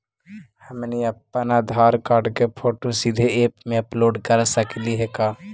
हमनी अप्पन आधार कार्ड के फोटो सीधे ऐप में अपलोड कर सकली हे का?